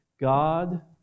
God